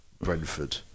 Brentford